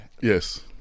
Yes